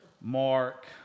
Mark